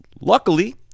luckily